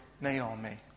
Naomi